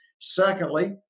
Secondly